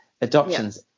adoptions